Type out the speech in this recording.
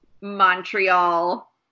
Montreal